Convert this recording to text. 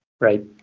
Right